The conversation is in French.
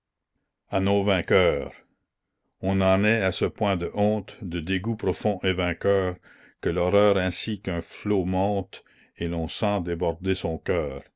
nos vainqueurs n en est à ce point de honte de dégoût profond et vainqueur que l'horreur ainsi qu'un flot monte et l'on sent déborder son cœur